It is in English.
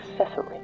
accessory